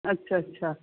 ਅੱਛਾ ਅੱਛਾ